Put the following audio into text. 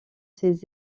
ces